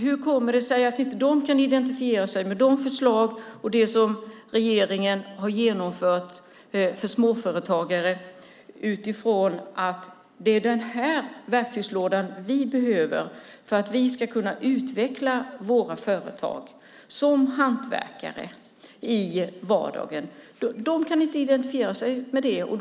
Hur kommer det sig att de inte kan identifiera sig med de förslag och det som regeringen har genomfört för småföretagare? Det är den här verktygslådan vi behöver för att vi ska kunna utveckla våra företag som hantverkare i vardagen. De kan inte identifiera sig med det som har gjorts.